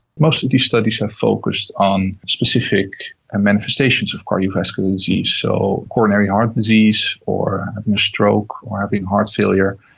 most of these studies are focused on specific manifestations of cardiovascular disease, so coronary heart disease or stroke or but heart failure,